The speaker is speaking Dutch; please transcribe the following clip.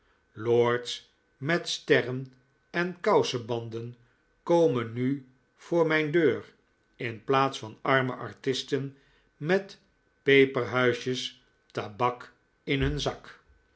lords met sterren en kousebanden komen nu voor mijn deur in plaats van arme artisten met peperhuisjes tabak in hun zak